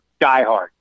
diehard